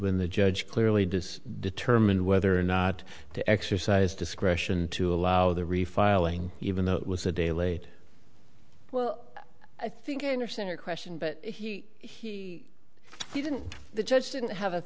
when the judge clearly does determine whether or not to exercise discretion to allow the refiling even though it was a day late well i think i understand your question but he he he didn't the judge didn't have a